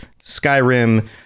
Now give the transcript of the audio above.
Skyrim